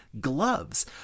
gloves